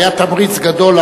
היה תמריץ גדול,